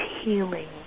healing